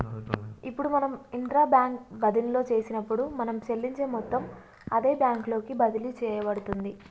ఇప్పుడు మనం intra bank బదిన్లో చేసినప్పుడు మనం చెల్లించే మొత్తం అదే బ్యాంకు లోకి బదిలి సేయబడుతుంది